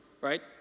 right